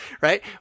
right